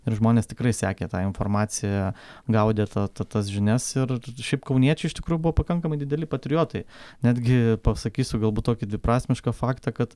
ir žmonės tikrai sekė tą informaciją gaudė ta ta tas žinias ir šiaip kauniečiai iš tikrųjų buvo pakankamai dideli patriotai netgi pasakysiu galbūt tokį dviprasmišką faktą kad